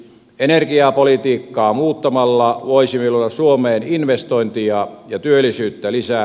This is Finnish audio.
energiapolitiikkaa muuttamalla voisimme luoda suomeen investointia ja työllisyyttä lisää